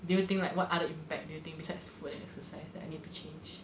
do you think like what other impact do you think besides food and exercise that I need to change